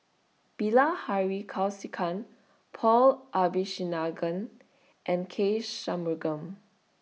Bilahari Kausikan Paul Abisheganaden and K Shanmugam